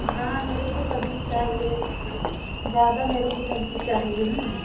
हाँ मेरे को सब्ज़ी चाहिए ज़्यादा मेरे को सब्ज़ी चाहिए ना